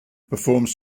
performs